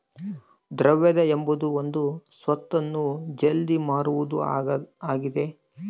ದ್ರವ್ಯತೆ ಎಂಬುದು ಒಂದು ಸ್ವತ್ತನ್ನು ಜಲ್ದಿ ಮಾರುವುದು ಆಗಿದ